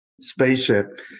Spaceship